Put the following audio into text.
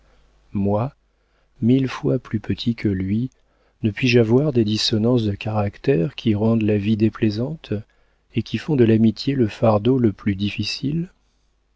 moi mille fois plus petit que lui ne puis-je avoir des dissonances de caractère qui rendent la vie déplaisante et qui font de l'amitié le fardeau le plus difficile